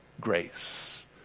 grace